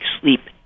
sleep